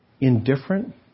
indifferent